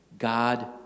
God